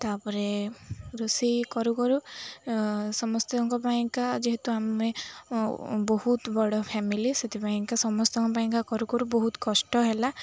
ତାପରେ ରୋଷେଇ କରୁ କରୁ ସମସ୍ତଙ୍କ ପାଇଁକା ଯେହେତୁ ଆମେ ବହୁତ ବଡ଼ ଫ୍ୟାମିଲି ସେଥିପାଇଁକା ସମସ୍ତଙ୍କ ପାଇଁକା କରୁ କରୁ ବହୁତ କଷ୍ଟ ହେଲା